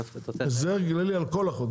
הסבר כללי על כל החוק,